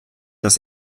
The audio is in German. das